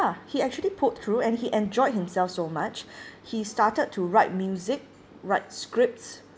he actually pulled through and he enjoyed himself so much he started to write music write scripts